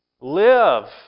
live